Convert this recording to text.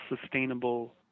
sustainable